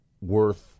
worth